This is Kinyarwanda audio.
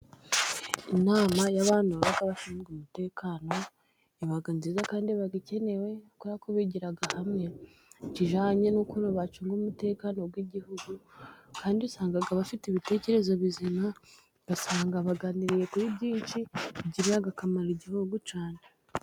Inama y'abantu baba bashinzwe umutekano iba nziza kandi bagikenewe kubera ko bigira hamwe ikijyanye n'uko bacunga umutekano w'igihugu, kandi usanga bafite ibitekerezo bizima. Ugasanga baganiriye kuri byinshi bigirira akamaro igihugu cyane.